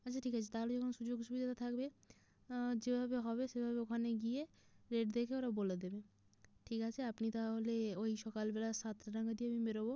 আচ্ছা ঠিক আছে তাহলে যখন সুযোগ সুবিধা থাকবে যেভাবে হবে সেভাবে ওখানে গিয়ে রেট দেখে ওরা বলে দেবে ঠিক আছে আপনি তাহলে ওই সকালবেলা সাতটা নাগাদ দিয়ে আমি বেরোবো